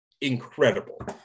incredible